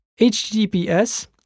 https